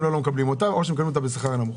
לא מקבלים אותה או שמקבלים אותה בשכר נמוך.